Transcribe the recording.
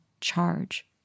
charge